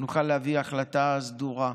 נוכל להביא החלטה סדורה.